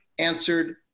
answered